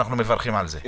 אנחנו מברכים על זה.